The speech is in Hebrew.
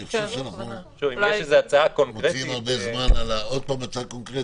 אני חושב שאנחנו משקיעים הרבה זמן עוד פעם על הצעה קונקרטית.